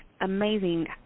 amazing